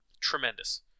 Tremendous